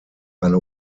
eine